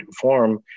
form